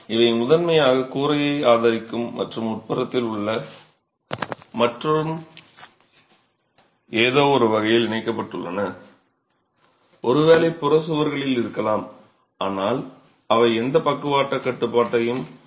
இவை முதன்மையாக கூரையை ஆதரிக்கும் மற்றும் உட்புறத்தில் உள்ள மற்றும் ஏதோவொரு வகையில் இணைக்கப்பட்டுள்ளன ஒருவேளை புறச் சுவர்களில் இருக்கலாம் ஆனால் அவை எந்த பக்கவாட்டுக் கட்டுப்பாட்டையும் வழங்காது